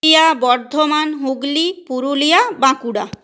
Bardhaman Hooghly Purulia Bankura